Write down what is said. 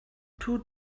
two